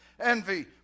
envy